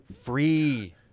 free